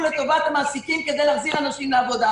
לטובת המעסיקים כדי להחזיר אנשים לעבודה.